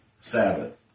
Sabbath